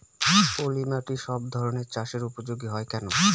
পলিমাটি সব ধরনের চাষের উপযোগী হয় কেন?